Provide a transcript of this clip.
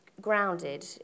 grounded